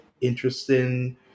interesting